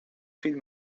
fill